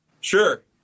Sure